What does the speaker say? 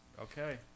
okay